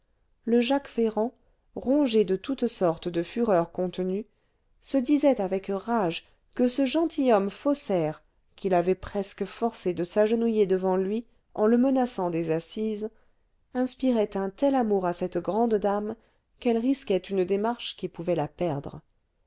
le jacques ferrand rongé de toutes sortes de fureurs contenues se disait avec rage que ce gentilhomme faussaire qu'il avait presque forcé de s'agenouiller devant lui en le menaçant des assises inspirait un tel amour à cette grande dame qu'elle risquait une démarche qui pouvait la perdre